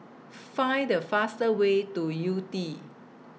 Find The faster Way to Yew Tee